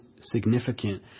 significant